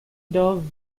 dove